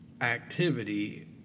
activity